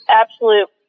absolute